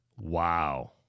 Wow